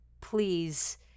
please